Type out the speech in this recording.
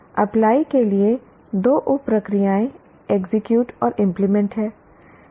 apply के लिए दो उप प्रक्रियाएँ एग्जीक्यूट और इंप्लीमेंट हैं